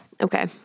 Okay